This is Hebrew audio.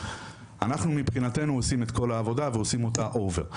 אנחנו מבחינתנו עושים את כל העבודה ועושים אותה מעל ומעבר.